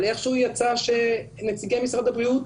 אבל איכשהו יצא שנציגי משרד הבריאות